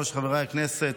חברי הכנסת,